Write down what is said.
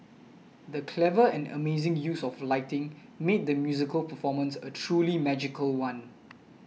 the clever and amazing use of lighting made the musical performance a truly magical one